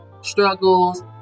struggles